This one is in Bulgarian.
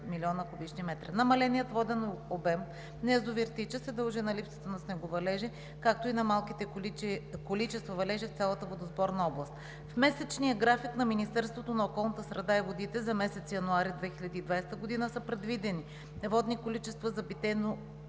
млн. куб. м. Намаленият воден обем на язовир „Тича“ се дължи на липсата на снеговалежи, както и на малките количества валежи в цялата водосборна област. В месечния график на Министерството на околната среда и водите за месец януари 2020 г. са предвидени водни количества за